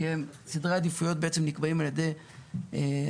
כי סדרי העדיפויות בעצם נקבעים על ידי ראש הרשות והצוות שלו.